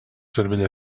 cervell